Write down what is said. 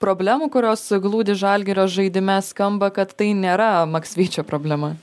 problemų kurios glūdi žalgirio žaidime skamba kad tai nėra maksvyčio problema